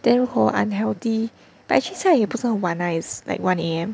then hor unhealthy but actually 现在也不是晚 ah it's like one A_M